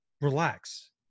Relax